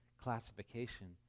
classification